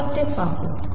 तर आपण ते पाहू